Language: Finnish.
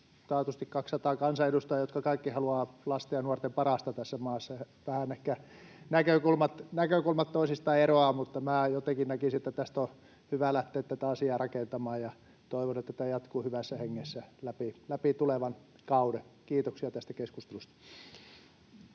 taatusti 200 kansanedustajaa, jotka kaikki haluavat lasten ja nuorten parasta tässä maassa. Vähän ehkä näkökulmat toisistaan eroavat, mutta minä jotenkin näkisin, että tästä on hyvä lähteä tätä asiaa rakentamaan, ja toivon, että tämä jatkuu hyvässä hengessä läpi tulevan kauden. — Kiitoksia tästä keskustelusta.